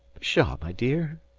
pshaw, my dear,